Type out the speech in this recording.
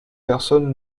personne